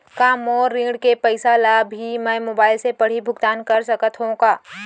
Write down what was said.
का मोर ऋण के पइसा ल भी मैं मोबाइल से पड़ही भुगतान कर सकत हो का?